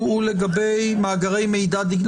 לברר אותו הוא לגבי מאגרי מידע דיגיטליים.